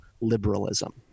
liberalism